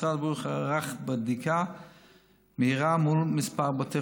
משרד הבריאות ערך בדיקה מהירה מול כמה בתי